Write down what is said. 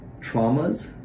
traumas